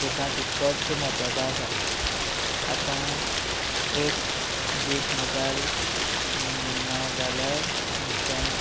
सुद्दां तितलोच म्हत्वाचो आसा आतां एक दीस मोबायल ना जाल्यार आमच्या